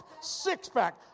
six-pack